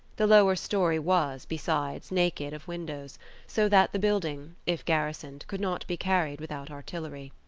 the lower storey was, besides, naked of windows, so that the building, if garrisoned, could not be carried without artillery.